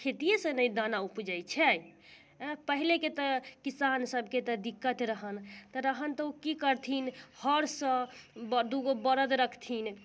खेतीयेसँ ने दाना उपजै छै अऽ पहिलेके तऽ किसान सभके तऽ दिक्कत रहनि तऽ रहनि तऽ उ की करथिन हौरसँ दुगो बरद रखथिन